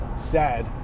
sad